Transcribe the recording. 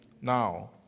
Now